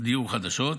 דירות חדשות,